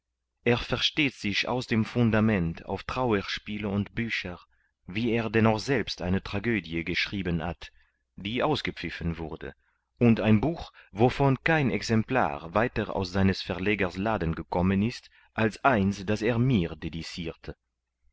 er versteht sich aus dem fundament auf trauerspiele und bücher wie er denn auch selbst eine tragödie geschrieben hat die ausgepfiffen wurde und ein buch wovon kein exemplar weiter aus seines verlegers laden gekommen ist als eins das er mir